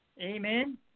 Amen